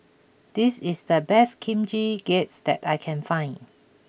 this is the best Kimchi Jjigae that I can find